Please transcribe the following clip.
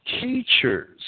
teachers